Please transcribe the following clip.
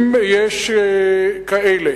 אם יש כאלה